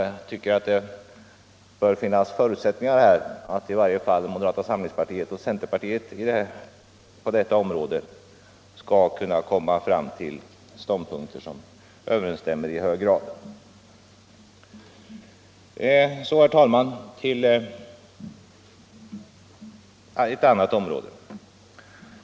Jag tycker att det bör finnas förutsättningar för moderata samlingspartiet och centerpartiet att på detta område komma fram till ståndpunkter som överensstämmer i hög grad. Så till ett annat område.